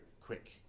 quick